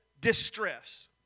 Distress